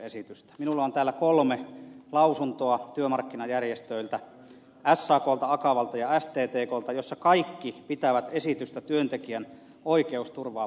minulla on täällä kolme lausuntoa työmarkkinajärjestöiltä saklta akavalta ja sttklta ja kaikki pitävät esitystä työntekijän oikeusturvaa parantavana